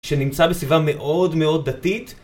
שנמצא בסביבה מאוד מאוד דתית